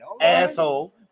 asshole